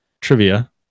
trivia